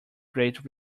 great